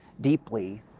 deeply